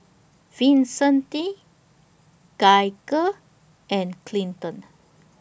Vicente Gaige and Clinton